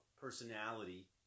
personality